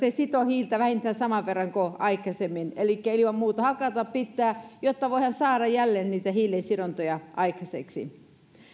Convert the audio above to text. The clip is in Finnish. se sitoo hiiltä vähintään saman verran kuin aikaisemmin elikkä ilman muuta hakata pitää jotta voidaan saada jälleen niitä hiilensidontoja aikaiseksi